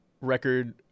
record